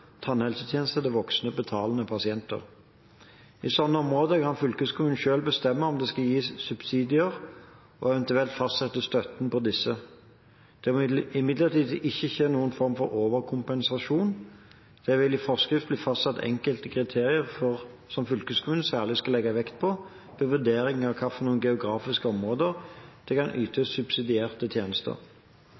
tannhelsetjenester til voksne betalende pasienter. I slike områder kan fylkeskommunen selv bestemme om det skal gis subsidier, og eventuelt fastsette størrelsen på disse. Det må imidlertid ikke skje noen form for overkompensasjon. Det vil i forskrift bli fastsatt enkelte kriterier som fylkeskommunen særlig skal legge vekt på ved vurderingen av i hvilke geografiske områder det kan ytes subsidierte tjenester.